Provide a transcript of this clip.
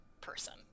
person